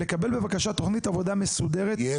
אם